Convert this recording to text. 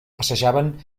passejaven